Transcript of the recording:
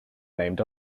named